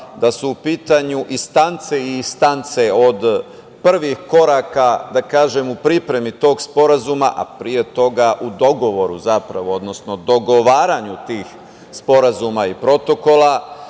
da su u pitanju instance i instance, od prvih koraka, da kažem, u pripremi tog sporazuma, a pre toga u dogovoru, zapravo, odnosno dogovaranju tih sporazuma i protokola. Tako